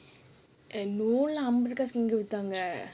err no lah எடுத்தாங்க:eduthaanga